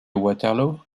waterloo